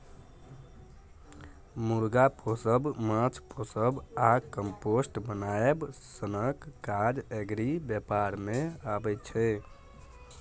मुर्गा पोसब, माछ पोसब आ कंपोस्ट बनाएब सनक काज एग्री बेपार मे अबै छै